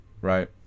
Right